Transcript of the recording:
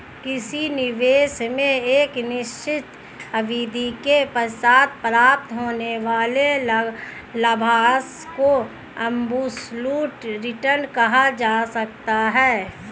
किसी निवेश में एक निश्चित अवधि के पश्चात प्राप्त होने वाले लाभांश को एब्सलूट रिटर्न कहा जा सकता है